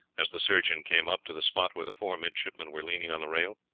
as the surgeon came up to the spot where the four midshipmen were leaning on the rail.